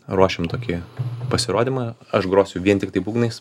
ruošiam tokį pasirodymą aš grosiu vien tiktai būgnais